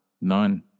None